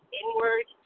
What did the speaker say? inward